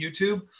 YouTube